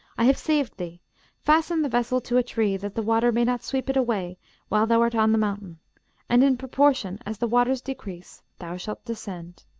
i have saved thee fasten the vessel to a tree, that the water may not sweep it away while thou art on the mountain and in proportion as the waters decrease thou shalt descend